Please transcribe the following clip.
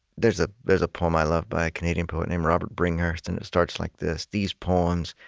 there's ah there's a poem i love, by a canadian poet named robert bringhurst, and it starts like this these poems,